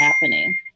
happening